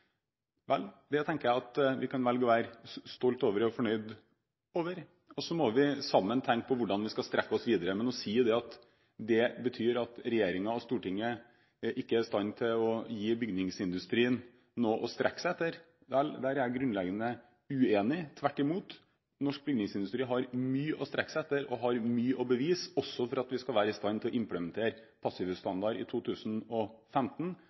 Vel, det tenker jeg at vi kan velge å være stolt over og fornøyd med, og så må vi sammen tenke på hvordan vi skal strekke oss videre. Men å si at det betyr at regjeringen og Stortinget ikke er i stand til å gi bygningsindustrien noe å strekke seg etter, er jeg grunnleggende uenig i. Tvert imot – norsk bygningsindustri har mye å strekke seg etter og har mye å bevise, også for at vi skal være i stand til å implementere passivhusstandard i 2015